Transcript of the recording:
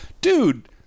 dude